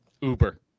Uber